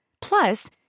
Plus